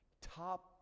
Top